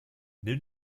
nimm